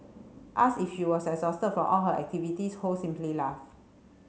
asked if she was exhausted from all her activities Ho simply laughed